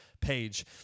page